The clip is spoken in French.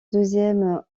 douzième